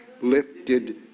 lifted